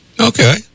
Okay